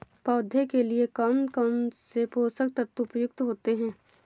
पौधे के लिए कौन कौन से पोषक तत्व उपयुक्त होते हैं?